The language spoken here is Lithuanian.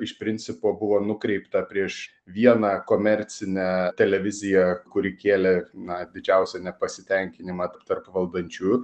iš principo buvo nukreipta prieš vieną komercinę televiziją kuri kėlė na didžiausią nepasitenkinimą tarp valdančiųjų